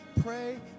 pray